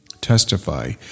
testify